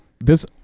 this-